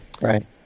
right